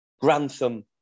Grantham